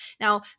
Now